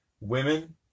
women